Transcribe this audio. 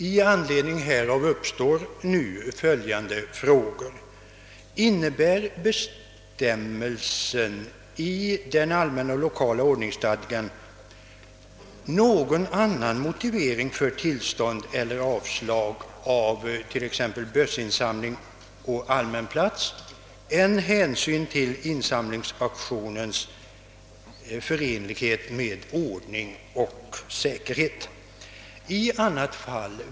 I anledning av detta ställningstagande uppstår följande frågor: Medger bestämmelsen i den allmänna lokala ordningsstadgan någon annan motivering för bifall till eller avslag på ansökan om t.ex. bössinsamling på allmän plats än insamlingsaktionens förenlighet med ordning och säkerhet?